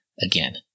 again